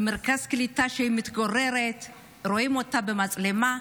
במרכז הקליטה שבו היא מתגוררת רואים אותה במצלמה,